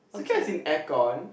Sukiya is in air con